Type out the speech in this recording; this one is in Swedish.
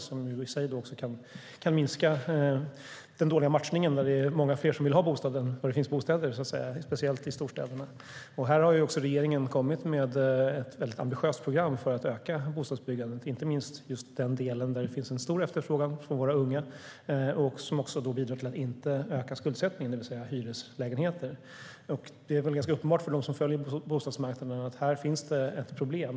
Det i sig kan minska den dåliga matchningen när många fler vill ha bostad än vad det finns bostäder att tillgå. Speciellt gäller det storstäderna. Här har regeringen kommit med ett mycket ambitiöst program för att öka bostadsbyggandet, inte minst i den del där det finns en stor efterfrågan på hyreslägenheter bland våra unga, vilket också bidrar till att skuldsättningen inte ökar. För dem som följer situationen på bostadsmarknaden är det väl ganska uppenbart att här finns ett problem.